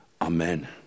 Amen